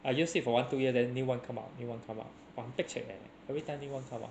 I used it for one two year then new [one] come out new [one] come out !wah! 很 pek cek leh every time new [one] come out